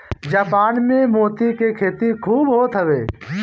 Japan में मोती के खेती खूब होत हवे